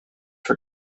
for